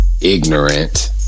ignorant